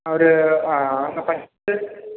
அவர் ஆ இப்போ ஃபர்ஸ்ட்டு